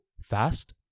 fast